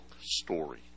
story